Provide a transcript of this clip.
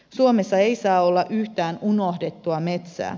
suomessa ei saa olla yhtään unohdettua metsää